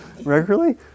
regularly